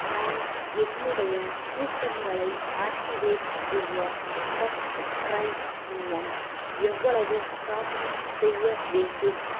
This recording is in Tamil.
நான் என்னுடைய கூப்பன்களை ஆக்டிவேட் செய்ய ஃபஸ்ட்டுக்ரை மூலம் எவ்வளவு ஷாப்பிங் செய்ய வேண்டும்